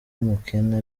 w’umukene